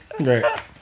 Right